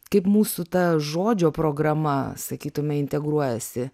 kaip mūsų ta žodžio programa sakytume integruojasi